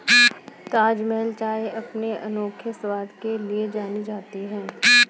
ताजमहल चाय अपने अनोखे स्वाद के लिए जानी जाती है